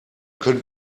können